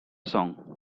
song